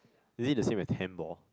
is it the same as handball